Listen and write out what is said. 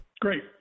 Great